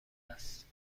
است